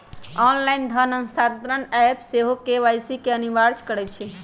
online धन स्थानान्तरण app सेहो के.वाई.सी के अनिवार्ज करइ छै